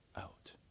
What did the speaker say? out